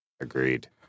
Agreed